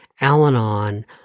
Al-Anon